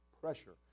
pressure